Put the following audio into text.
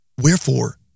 Wherefore